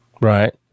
Right